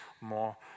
more